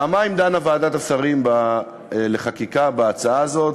פעמיים דנה ועדת השרים לחקיקה בהצעה הזאת,